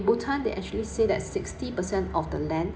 bhutan they actually say that sixty percent of the land